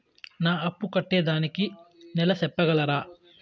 నా అప్పు కట్టేదానికి నెల సెప్పగలరా?